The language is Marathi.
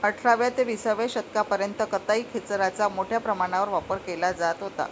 अठराव्या ते विसाव्या शतकापर्यंत कताई खेचराचा मोठ्या प्रमाणावर वापर केला जात होता